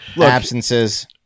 absences